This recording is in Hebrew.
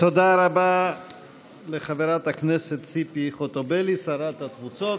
תודה רבה לחברת הכנסת ציפי חוטובלי, שרת התפוצות.